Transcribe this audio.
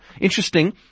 Interesting